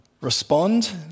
respond